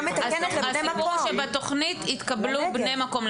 הסיפור הוא שבתוכנית יתקבלו בני מקום.